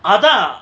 அதா:atha